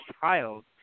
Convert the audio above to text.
child